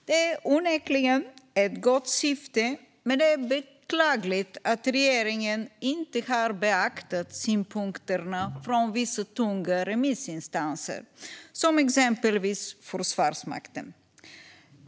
Det är onekligen ett gott syfte, men det är beklagligt att regeringen inte har beaktat synpunkterna från vissa tunga remissinstanser, exempelvis Försvarsmakten.